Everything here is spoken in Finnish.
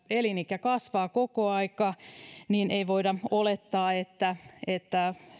elinikä kasvaa koko ajan eikä voida olettaa että että